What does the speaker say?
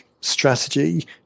Strategy